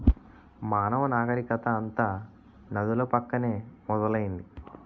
మానవ నాగరికత అంతా నదుల పక్కనే మొదలైంది